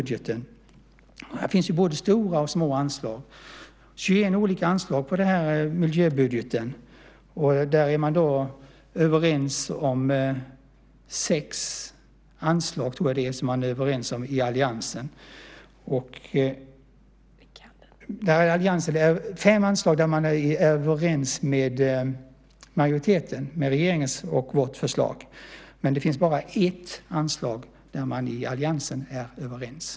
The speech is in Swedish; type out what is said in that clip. Det finns 21 olika anslag i miljöbudgeten, både stora och små anslag. Fem anslag är man överens med majoriteten om, man stöder regeringens och vårt förslag. Men det finns bara ett förslag som man är överens om i alliansen.